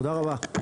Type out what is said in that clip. תודה רבה.